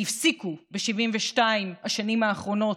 והפסיקו ב-72 השנים האחרונות,